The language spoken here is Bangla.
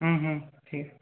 হুম হুম ঠিক আছে